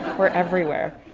we're everywhere.